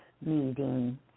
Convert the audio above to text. meeting